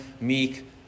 meek